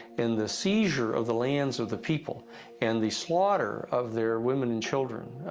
in the seizure of the lands of the people and the slaughter of their women and children,